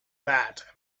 that